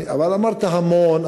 אבל אמרת המון,